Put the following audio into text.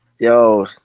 Yo